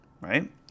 right